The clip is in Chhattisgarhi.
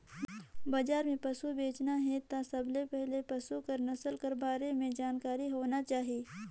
बजार में पसु बेसाना हे त सबले पहिले पसु कर नसल कर बारे में जानकारी होना चाही